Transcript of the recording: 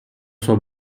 sua